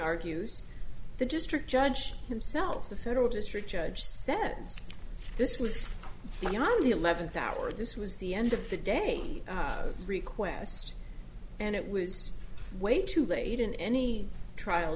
argues the district judge himself the federal district judge said this was beyond the eleventh hour this was the end of the day request and it was way too late in any trial